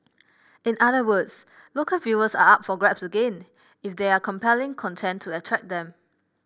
in other words local viewers are up for grabs again if there are compelling content to attract them